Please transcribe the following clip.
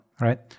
right